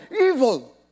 evil